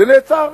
ונעצר.